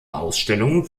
ausstellungen